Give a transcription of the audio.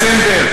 בדצמבר,